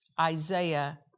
Isaiah